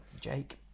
Jake